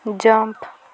jump